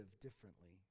differently